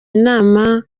inama